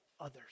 others